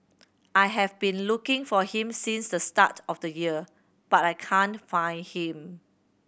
I have been looking for him since the start of the year but I can't find him